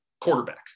Quarterback